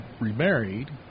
remarried